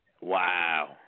Wow